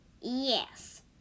Yes